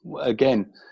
again